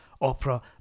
opera